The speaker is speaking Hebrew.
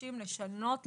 שמבקשים לשנות לחלוטין.